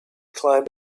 climbed